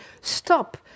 stop